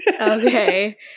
Okay